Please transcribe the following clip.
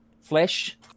flesh